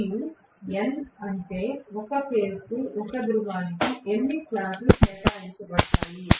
మరియు N అంటే ఒక ఫేజ్ కు ఒక ధ్రువానికి ఎన్ని స్లాట్లు కేటాయించబడతాయి